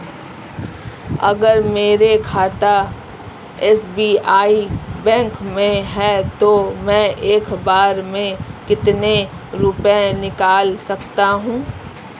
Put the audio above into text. अगर मेरा खाता एस.बी.आई बैंक में है तो मैं एक बार में कितने रुपए निकाल सकता हूँ?